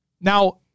Now